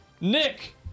Nick